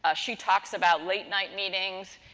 ah she talks about late night meetings,